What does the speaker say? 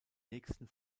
nächsten